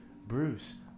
Bruce